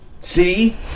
See